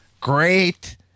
Great